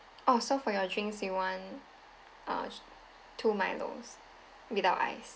oh so for your drinks you want uh two milos without ice